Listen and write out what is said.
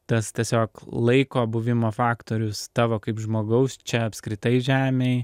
tas tiesiog laiko buvimo faktorius tavo kaip žmogaus čia apskritai žemėj